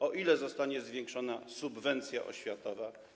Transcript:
O ile zostanie zwiększona subwencja oświatowa?